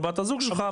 או בת הזוג שלך,